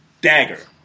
Dagger